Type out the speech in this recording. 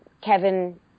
Kevin